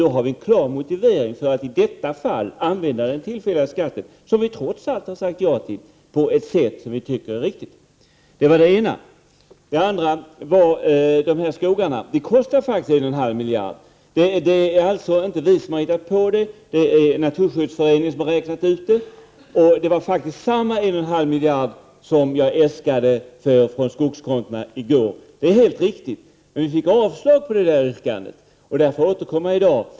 Det ger en klar motivering för att i detta fall använda den tillfälliga skatten, som vi trots allt har sagt ja till, på ett sätt som vi tycker är riktigt. Det andra gällde inköp av de nämnda skogarna. Det kostar faktiskt en och en halv miljard. Det är inte vi som har hittat på det. Det är Naturskyddsföreningen som har räknat ut det. Det var faktiskt samma en och en halv miljard som jag äskade från skogskontona i går. Det är helt riktigt. Men vi fick avslag på det yrkandet. Därför återkommer jag i dag.